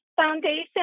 Foundation